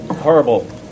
horrible